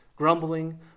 grumbling